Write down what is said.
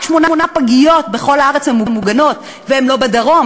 רק שמונה פגיות בכל הארץ ממוגנות, והן לא בדרום.